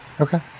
Okay